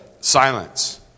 silence